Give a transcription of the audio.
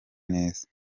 neza